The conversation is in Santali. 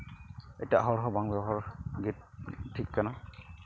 ᱮᱴᱟᱜ ᱦᱚᱲ ᱦᱚᱸ ᱵᱟᱝ ᱵᱮᱵᱚᱦᱟᱨ ᱜᱮ ᱴᱷᱤᱠ ᱠᱟᱱᱟ